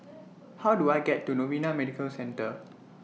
How Do I get to Novena Medical Centre